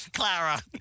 Clara